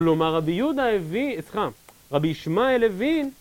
כלומר, רבי יהודה הבין, סליחה, רבי ישמעאל הבין